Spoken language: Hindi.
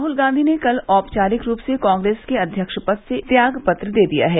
राहुल गांधी ने कल औपचारिक रूप से कांग्रेस के अध्यक्ष पद से त्याग पत्र दे दिया है